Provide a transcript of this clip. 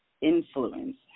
influence